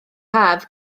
haf